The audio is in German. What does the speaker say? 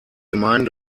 gemeinden